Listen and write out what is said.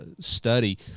study